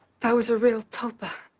that was a real tulpa.